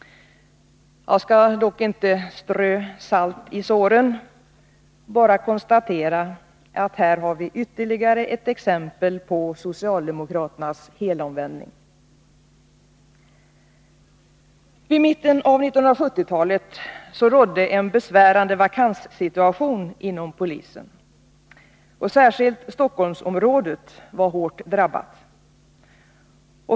Jag skall dock inte strö salt i såren utan bara konstatera att vi här har ytterligare ett exempel på socialdemokraternas helomvändningar. Vid mitten av 1970-talet rådde en besvärande vakanssituation inom polisen. Särskilt Stockholmsområdet var hårt drabbat.